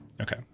Okay